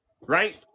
right